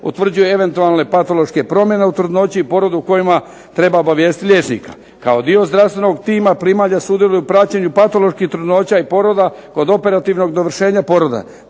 utvrđuje eventualne patološke promjene u trudnoći i porodu o kojima treba obavijestiti liječnika. Kao dio zdravstvenog tima primalje sudjeluju u praćenju patoloških trudnoća i poroda kod operativnog dovršenja poroda.